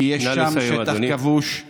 כי יש שם שטח כבוש נא לסיים,